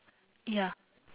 ya